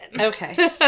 okay